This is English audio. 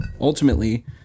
ultimately